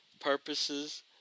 purposes